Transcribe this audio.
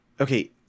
Okay